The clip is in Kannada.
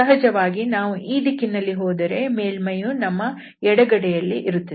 ಸಹಜವಾಗಿ ನಾವು ಈ ದಿಕ್ಕಿನಲ್ಲಿ ಹೋದರೆ ಮೇಲ್ಮೈಯು ನಮ್ಮ ಎಡಗಡೆಯಲ್ಲಿ ಇರುತ್ತದೆ